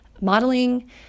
modeling